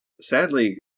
sadly